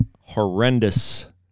horrendous